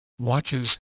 watches